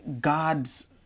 God's